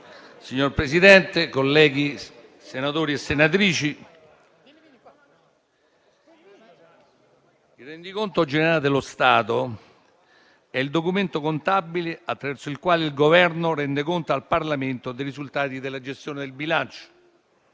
Signor Presidente, colleghi senatori e senatrici, il rendiconto generale dello Stato è il documento contabile attraverso il quale il Governo rende conto al Parlamento dei risultati della gestione del bilancio.